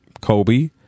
Kobe